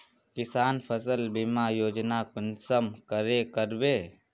किसान फसल बीमा योजना कुंसम करे करबे?